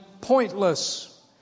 pointless